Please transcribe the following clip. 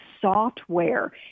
software